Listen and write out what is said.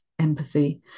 empathy